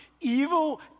evil